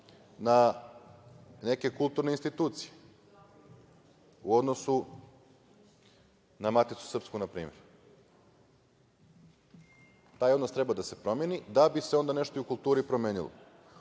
na neke kulturne institucije, u odnosu na Maticu srpsku, na primer. Taj odnos treba da se promeni da bi se onda nešto i u kulturi promenilo.